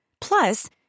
Plus